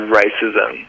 racism